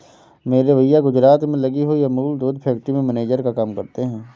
मेरे भैया गुजरात में लगी हुई अमूल दूध फैक्ट्री में मैनेजर का काम करते हैं